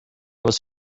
was